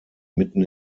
mitten